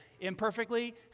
Imperfectly